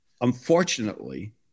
Unfortunately